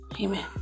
Amen